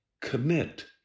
Commit